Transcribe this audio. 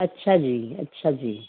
ਅੱਛਾ ਜੀ ਅੱਛਾ ਜੀ